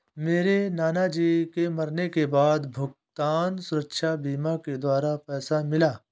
मेरे नाना जी के मरने के बाद भुगतान सुरक्षा बीमा के द्वारा पैसा मिला